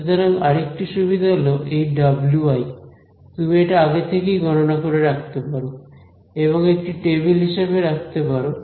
সুতরাং আরেকটি সুবিধা হল এই wiতুমি এটা আগে থেকেই গণনা করে রাখতে পারো এবং একটি টেবিল হিসাবে রাখতে পারো